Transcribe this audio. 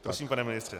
Prosím, pane ministře.